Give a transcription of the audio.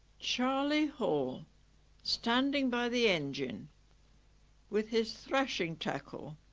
charlie hall standing by the engine with his thrashing tackle.